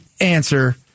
answer